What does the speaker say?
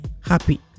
happy